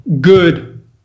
good